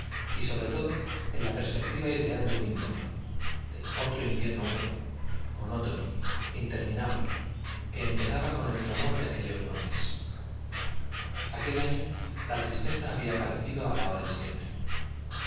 y sobre todo en la perspectiva ideal de un invierno de otro invierno húmedo monótono interminable que empezaba con el clamor de aquellos bronces aquel año la tristeza había aparecido a la hora de siempre